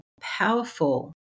powerful